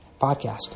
podcast